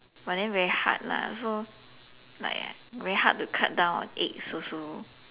but then very hard lah so like very hard to cut down on eggs also